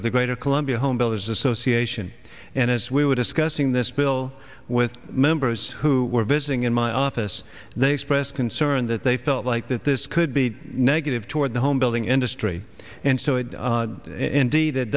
of the greater columbia home builders association and as we were discussing this bill with members who were visiting in my office they expressed concern that they felt like that this could be negative toward the home building industry and so it indeed it